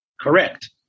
correct